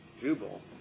Jubal